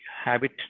Habit